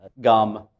gum